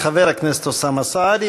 חבר הכנסת אוסאמה סעדי,